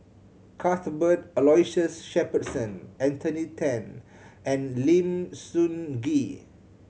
Cuthbert Aloysius Shepherdson Anthony Ten and Lim Sun Gee